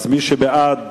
מי שבעד